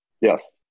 Yes